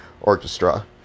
orchestra